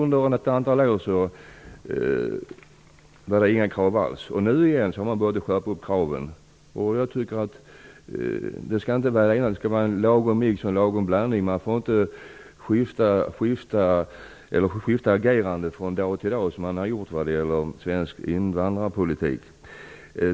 Under ett antal år ställdes inga krav alls. Men nu har man återigen börjat skärpa kraven. Jag tycker inte att det skall vara det ena eller det andra utan en lagom mix. Agerandet får inte skifta från dag till dag, som det har gjort när det gäller svensk invandrarpolitik.